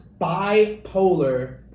bipolar